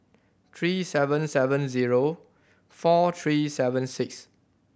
three seven seven zero four three seven six